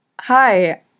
Hi